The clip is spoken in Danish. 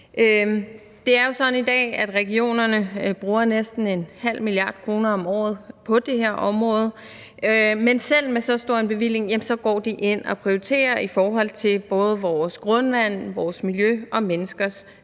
regionerne bruger næsten 0,5 mia. kr. om året på det her område, men selv med så stor en bevilling går de ind og prioriterer i forhold til både vores grundvand, vores miljø og menneskers